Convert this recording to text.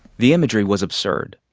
the imagery was absurd.